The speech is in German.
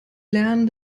lernen